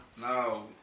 No